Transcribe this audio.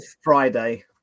Friday